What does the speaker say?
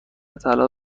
طلا